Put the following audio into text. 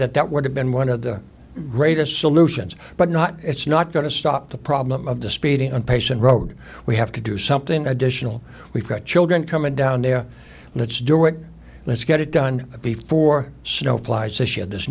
that that would have been one of the greatest solutions but not it's not going to stop the problem of the speeding on patient road we have to do something additional we've got children coming down there let's do it let's get it done before